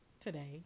Today